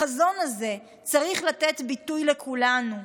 החזון הזה צריך לתת ביטוי לכולנו,